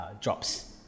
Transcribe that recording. drops